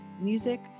Music